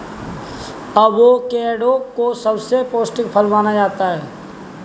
avocado को सबसे पौष्टिक फल माना जाता है